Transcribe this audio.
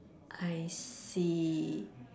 I see